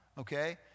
okay